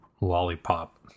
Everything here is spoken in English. lollipop